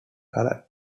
color